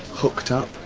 hooked up.